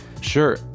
Sure